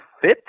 fit